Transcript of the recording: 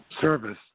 service